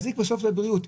יזיק לסביבה יותר.